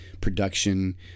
production